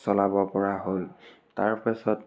চলাব পৰা হ'ল তাৰপাছত